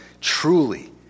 truly